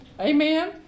Amen